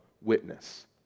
witness